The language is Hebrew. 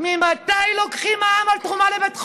ממתי לוקחים מע"מ על תרומה לבית חולים?